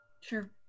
sure